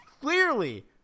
clearly